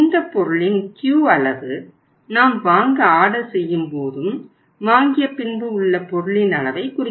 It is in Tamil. இந்த பொருளின் Q அளவு நாம் வாங்க ஆர்டர் செய்யும்போதும் வாங்கிய பின்பு உள்ள பொருளின் அளவை குறிக்கும்